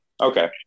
Okay